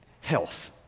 health